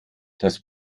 das